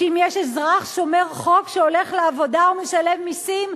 שאם יש אזרח שומר חוק שהולך לעבודה ומשלם מסים,